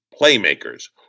playmakers